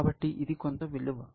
కాబట్టి ఇది కొత్త విలువ